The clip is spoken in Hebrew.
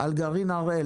על גרעין הראל,